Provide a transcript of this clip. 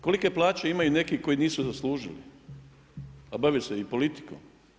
Kolike plaće imaju neki koji nisu zaslužili a bave se i politikom?